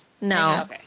no